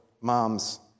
Moms